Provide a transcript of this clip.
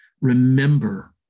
Remember